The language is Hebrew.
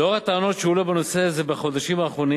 לנוכח הטענות שהועלו בנושא זה בחודשים האחרונים